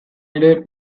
ere